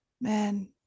man